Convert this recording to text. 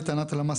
לטענת הלמ"ס,